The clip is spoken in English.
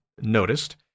noticed